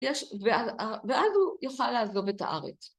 ‫ואז הוא יוכל לעזוב את הארץ.